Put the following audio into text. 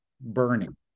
burning